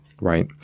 Right